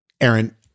Aaron